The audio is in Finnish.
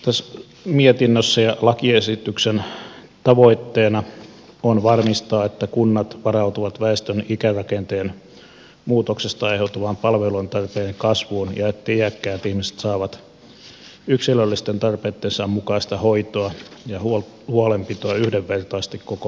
tässä mietinnössä ja lakiesityksessä tavoitteena on varmistaa että kunnat varautuvat väestön ikärakenteen muutoksesta aiheutuvaan palveluntarpeen kasvuun ja että iäkkäät ihmiset saavat yksilöllisten tarpeittensa mukaista hoitoa ja huolenpitoa yhdenvertaisesti koko maassa